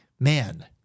Man